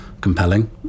compelling